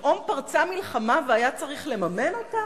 פתאום פרצה מלחמה והיה צריך לממן אותה?